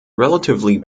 relatively